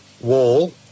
wall